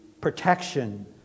protection